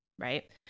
Right